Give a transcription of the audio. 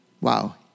wow